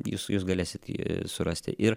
jūs jūs galėsit jį surasti ir